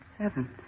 Seven